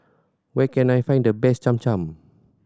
where can I find the best Cham Cham